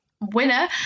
winner